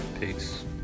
peace